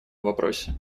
вопросе